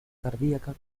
cardíaca